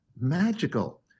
magical